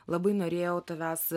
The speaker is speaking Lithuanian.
labai norėjau tavęs